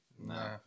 No